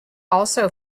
also